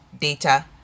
data